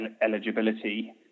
eligibility